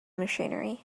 machinery